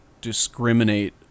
discriminate